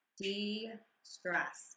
de-stress